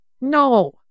No